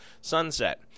sunset